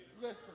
Listen